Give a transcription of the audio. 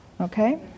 okay